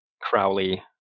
Crowley